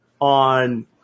on